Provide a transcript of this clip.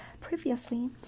Previously